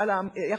על-ידי